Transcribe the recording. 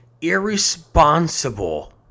irresponsible